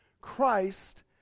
Christ